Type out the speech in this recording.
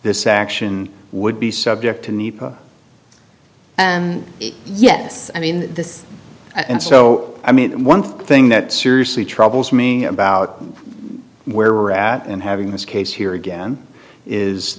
this action would be subject to need and yes i mean this and so i mean one thing that seriously troubles me about where we're at in having this case here again is